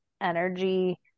energy